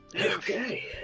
Okay